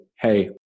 hey